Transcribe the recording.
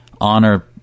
Honor